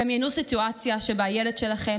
"דמיינו סיטואציה שבה הילד שלכם,